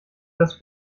das